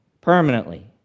permanently